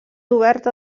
oberta